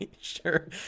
sure